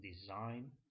design